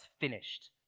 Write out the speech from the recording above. finished